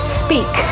speak